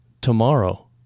tomorrow